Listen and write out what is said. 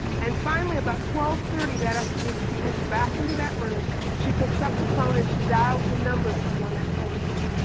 and finally about twelve thirty that afternoon, she comes back into that room, she picks up the phone and she dials the and number that was on that page.